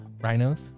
Rhinos